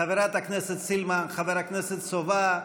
חברת הכנסת סילמן, חבר הכנסת סובה,